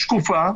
שקופה,